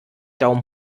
daumen